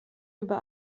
über